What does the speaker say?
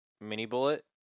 mini-bullet